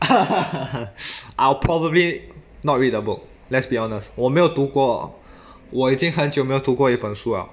I'll probably not read a book let's be honest 我没有读过我已经很久没有读过一本书了